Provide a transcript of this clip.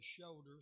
Shoulders